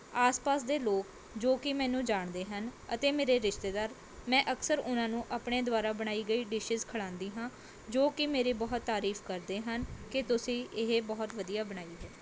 ਆਸ ਪਾਸ ਦੇ ਲੋਕ ਜੋ ਕਿ ਮੈਨੂੰ ਜਾਣਦੇ ਹਨ ਅਤੇ ਮੇਰੇ ਰਿਸ਼ਤੇਦਾਰ ਮੈਂ ਅਕਸਰ ਉਹਨਾਂ ਨੂੰ ਆਪਣੇ ਦੁਆਰਾ ਬਣਾਈ ਗਈ ਡਿਸ਼ਿਜ਼ ਖਿਲਾਉਂਦੀ ਹਾਂ ਜੋ ਕਿ ਮੇਰੀ ਬਹੁਤ ਤਾਰੀਫ ਕਰਦੇ ਹਨ ਕਿ ਤੁਸੀਂ ਇਹ ਬਹੁਤ ਵਧੀਆ ਬਣਾਈ ਹੈ